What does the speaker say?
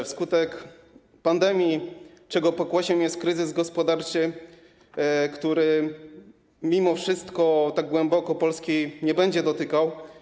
Wskutek pandemii, czego pokłosiem jest kryzys gospodarczy, który mimo wszystko tak głęboko Polski nie będzie dotykał.